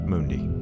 Mundi